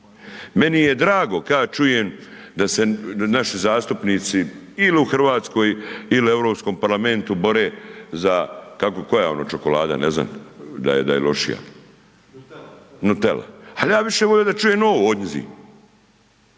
Meni je drago ka čujem da se naši zastupnici ili u Hrvatskoj ili Europskom parlamentu bore za kako koja ono čokolada, ne znam da je lošija, Nutela, al ja bi više volio da čujem ovo odnjizi.